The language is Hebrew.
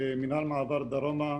מנהל מעבר דרומה,